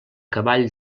cavall